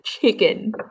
chicken